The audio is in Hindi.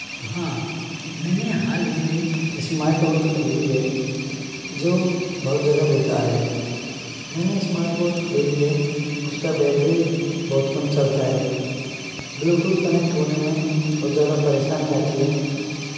हाँ मैंने हाल ही में एक स्मार्ट वॉच खरीदी है जो बहुत ज्यादा बेकार है मैंने स्मार्ट वॉच खरीदी है उसका बैटरी बहुत कम चलता है ब्लूटूथ कनेक्ट होने में बहुत ज़्यादा परेशानी आती है